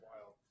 wild